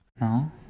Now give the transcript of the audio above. No